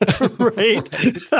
Right